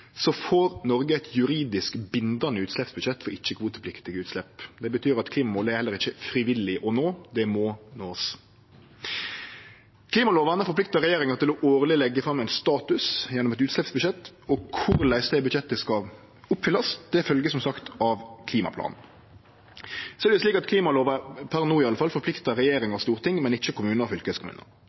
får Noreg eit juridisk bindande utsleppsbudsjett for ikkje-kvotepliktige utslepp. Det betyr at klimamålet heller ikkje er frivillig å nå. Det må ein nå. Klimalova forpliktar regjeringa til årleg å leggje fram status gjennom eit utsleppsbudsjett, og korleis det budsjettet skal oppfyllast, følgjer som sagt av klimaplanen. Så er det slik at klimalova no forpliktar regjering og storting, men ikkje kommunar og